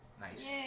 Nice